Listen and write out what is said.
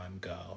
go